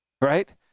Right